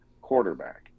quarterback